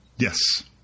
Yes